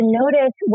notice